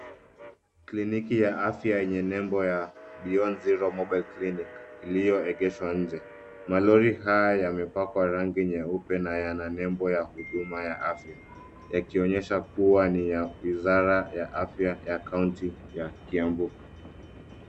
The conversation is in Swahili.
Kliniki ya afya yenye nembo ya beyond zero mobile clinic iliyoegeshwa nje. Malori haya yamepakwa rangi nyeupe na yana nembo ya huduma ya afya, yakionyesha kuwa ni ya wazira ya afya ya kaunti ya Kiambu.